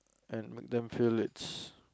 and make them feel it's